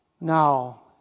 now